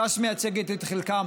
ש"ס מייצגת את חלקם,